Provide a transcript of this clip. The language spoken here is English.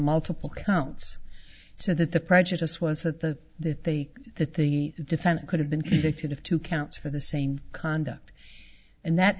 multiple counts so that the prejudice was that the that the that the defendant could have been convicted of two counts for the same conduct and that